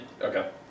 Okay